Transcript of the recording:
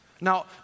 Now